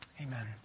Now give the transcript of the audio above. Amen